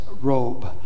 robe